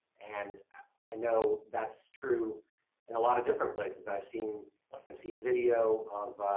and i know that's true in a lot of different places. i've seen i've seen video of